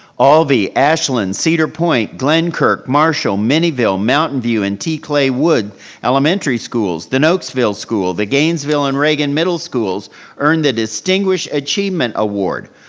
alvey, ashland, cedar point, glennkirk, marshall, minnieville, mountain view, and t. clay wood elementary schools, the nokesville school, the gainesville and reagan middle schools earned the distinguished achievement award.